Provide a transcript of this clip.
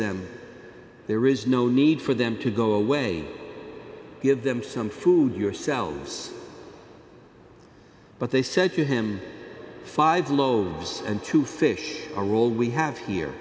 them there is no need for them to go away give them some food yourselves but they said to him five loaves and two fish are all we have here